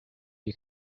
you